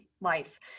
life